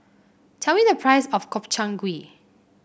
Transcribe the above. tell me the price of Gobchang Gui